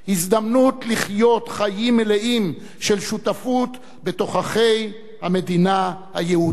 הזדמנות לחיות חיים מלאים של שותפות בתוככי המדינה היהודית.